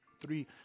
three